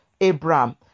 Abraham